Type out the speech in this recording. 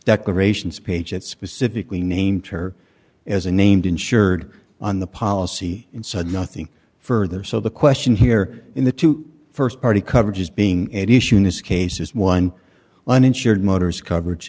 declarations page that specifically named her as a named insured on the policy inside nothing further so the question here in the two st party coverages being at issue in this case is one uninsured motorist coverage